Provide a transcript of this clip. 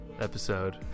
episode